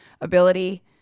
ability